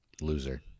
loser